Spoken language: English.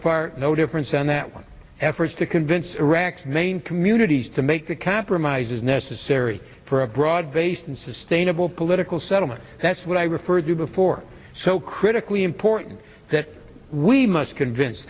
far no difference on that one efforts to convince iraq's main communities to make the compromises necessary for a broad based and sustainable political settlement that's what i referred to before so critically important that we must convince